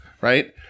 right